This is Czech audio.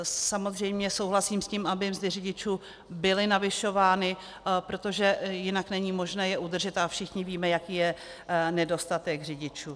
Samozřejmě souhlasím s tím, aby mzdy řidičů byly navyšovány, protože jinak není možné je udržet, a všichni víme, jaký je nedostatek řidičů.